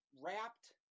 wrapped